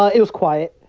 ah it was quiet.